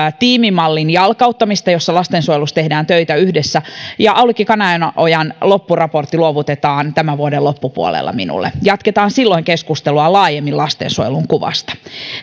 tiimimallin jalkauttamista jossa lastensuojelussa tehdään töitä yhdessä aulikki kananojan loppuraportti luovutetaan tämän vuoden loppupuolella minulle jatketaan silloin keskustelua laajemmin lastensuojelun kuvasta